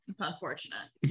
Unfortunate